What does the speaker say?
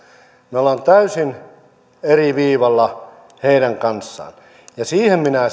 me olemme täysin eri viivalla heidän kanssaan ja siitä katosta minä